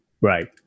Right